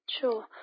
Sure